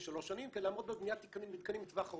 שלוש שנים כדי לעמוד בבניית מתקנים לטווח ארוך.